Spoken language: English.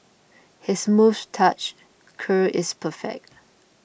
his moustache curl is perfect